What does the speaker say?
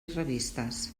revistes